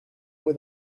mot